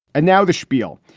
and now the schpiel,